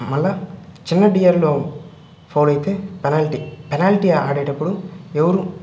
మళ్ళా చిన్న డిఆర్ఏలో ఫౌలయితే పెనాల్టీ పెనాల్టీ ఆడేటప్పుడు ఎవరు